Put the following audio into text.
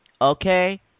okay